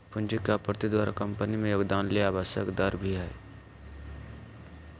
पूंजी के आपूर्ति द्वारा कंपनी में योगदान ले आवश्यक दर भी हइ